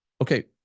okay